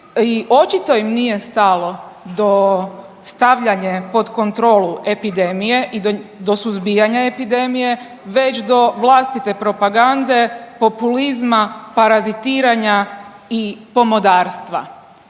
i očito im nije stalo dao stavljanje pod kontrolu epidemije i do suzbijanja epidemije već do vlastite propagande, populizma, parazitiranja i pomodarstva.